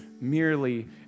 merely